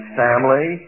family